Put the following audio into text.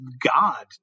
God